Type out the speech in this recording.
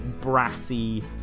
brassy